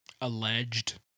alleged